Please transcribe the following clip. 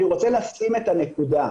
אני רוצה לשים את הנקודה.